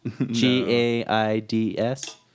G-A-I-D-S